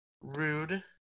Rude